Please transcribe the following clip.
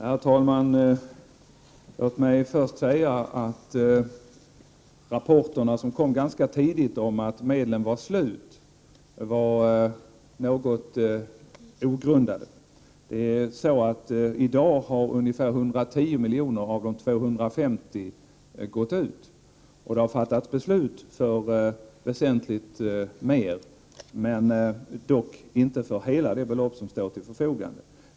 Herr talman! Låt mig först säga att de rapporter som kom ganska tidigt om att medlen var slut var något ogrundade. I dag har ungefär 110 milj.kr. av de 250 miljonerna gått ut, och det har fattats beslut för väsentligt mer, dock inte för hela det belopp som står till förfogande.